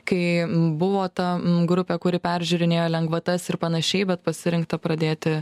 kai buvo ta grupė kuri peržiūrinėjo lengvatas ir panašiai bet pasirinkta pradėti